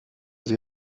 sie